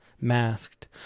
masked